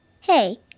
Hey